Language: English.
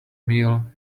meal